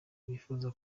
rwifuza